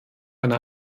eine